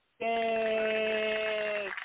Yay